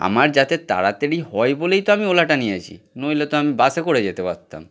আমার যাতে তাড়াতাড়ি হয় বলেই তো আমি ওলাটা নিয়েছি নইলে তো আমি বাসে করে যেতে পারতাম